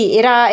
era